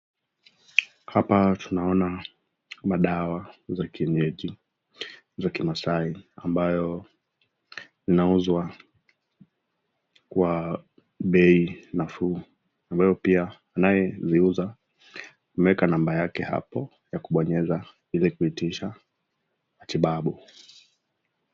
Hapa tunaona madawa za kienyeji za kimasaai ambayo inauzwa kwa bei nafuu ambayo pia anayeziuza ameweka namba yake hapo ya kubonyeza ili kuitisha matibabu.